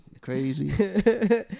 crazy